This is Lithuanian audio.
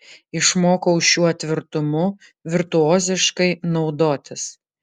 išmokau šiuo tvirtumu virtuoziškai naudotis